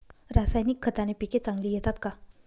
रासायनिक खताने पिके चांगली येतात का?